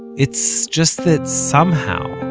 it's just that somehow,